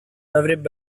avrebbe